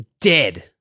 Dead